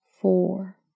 four